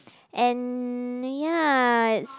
and ya its